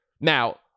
Now